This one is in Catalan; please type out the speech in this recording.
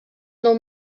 nou